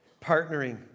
Partnering